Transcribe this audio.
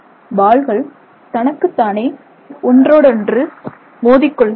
பால்கள் தனக்குத்தானே ஒன்றோடொன்று மோதிக் கொள்கின்றன